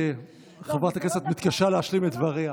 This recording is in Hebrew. חברת הכנסת מתקשה להשלים את דבריה.